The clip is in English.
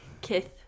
kith